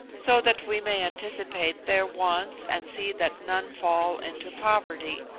so that we may anticipate their wants and see that none fall into poverty.